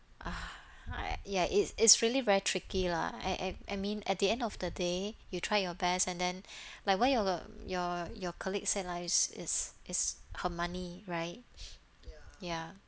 ya it's is really very tricky lah I I I mean at the end of the day you try your best and then like what your your your colleague said lah is is is her money right ya